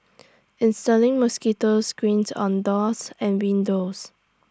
installing mosquitos screened on doors and windows